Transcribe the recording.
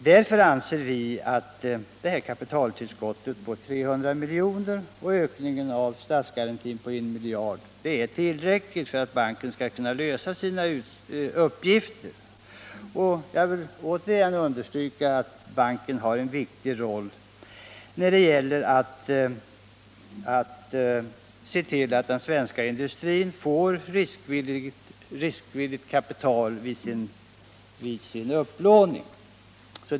Därför anser vi att det nu föreslagna kapitaltillskottet på 300 milj.kr. och ökningen av statsgarantin med 1 miljard kronor är tillräckliga för att banken skall kunna klara sina uppgifter. Jag vill återigen understryka, att banken har en viktig roll när det gäller att se till att den svenska industrin får riskvilligt kapital vid sin upplåning.